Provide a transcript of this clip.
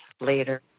later